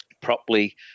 properly